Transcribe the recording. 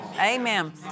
Amen